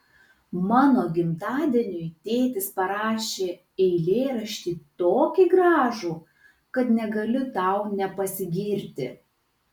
mano gimtadieniui tėtis parašė eilėraštį tokį gražų kad negaliu tau nepasigirti